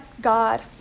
God